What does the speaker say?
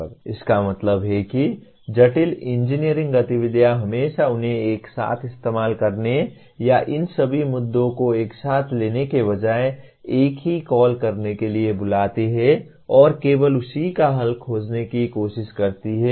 इसका मतलब है कि जटिल इंजीनियरिंग गतिविधियाँ हमेशा उन्हें एक साथ इस्तेमाल करने या इन सभी मुद्दों को एक साथ लेने के बजाय एक ही कॉल करने के लिए बुलाती हैं और केवल उसी का हल खोजने की कोशिश करती हैं